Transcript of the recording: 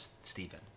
Stephen